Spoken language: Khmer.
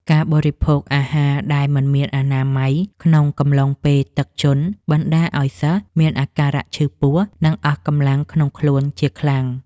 ការបរិភោគអាហារដែលមិនមានអនាម័យក្នុងកំឡុងពេលទឹកជន់ បណ្តាលឱ្យសិស្សមានអាការៈឈឺពោះ និងអស់កម្លាំងក្នុងខ្លួនជាខ្លាំង។